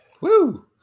Woo